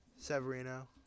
Severino